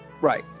right